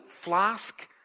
flask